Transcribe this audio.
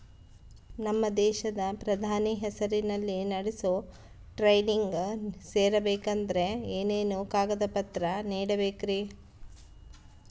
ನಮ್ಮ ದೇಶದ ಪ್ರಧಾನಿ ಹೆಸರಲ್ಲಿ ನಡೆಸೋ ಟ್ರೈನಿಂಗ್ ಸೇರಬೇಕಂದರೆ ಏನೇನು ಕಾಗದ ಪತ್ರ ನೇಡಬೇಕ್ರಿ?